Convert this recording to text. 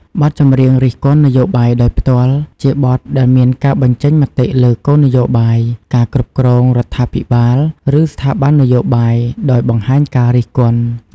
បទចម្រៀងរិះគន់នយោបាយដោយផ្ទាល់ ជាបទដែលមានការបញ្ចេញមតិលើគោលនយោបាយ ការគ្រប់គ្រងរដ្ឋាភិបាល ឬស្ថាប័ននយោបាយ ដោយបង្ហាញការរិះគន់។